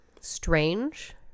strange